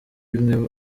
imwe